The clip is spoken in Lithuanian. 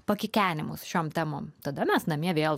pakikenimus šiom temom tada mes namie vėl